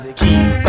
keep